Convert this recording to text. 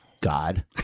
god